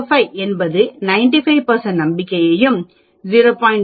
05 என்பது 95 நம்பிக்கையையும் 0